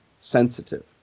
sensitive